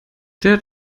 der